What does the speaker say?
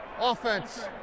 Offense